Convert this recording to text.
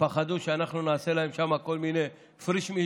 פחדו שאנחנו נעשה להם שם כל מיני פריש-מיש,